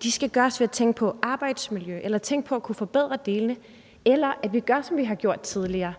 skal laves ved at tænke på arbejdsmiljø eller tænke på at forbedre delene, eller ved at vi gør, som vi har gjort tidligere: